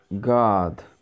God